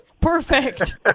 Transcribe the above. Perfect